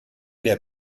der